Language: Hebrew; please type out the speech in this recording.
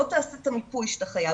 בוא תעשה את המיפוי שאתה חייב,